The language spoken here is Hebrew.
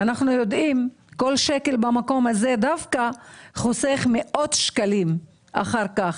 אנחנו יודעים שכל שקל במקום הזה חוסך מאות שקלים אחר כך.